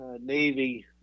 Navy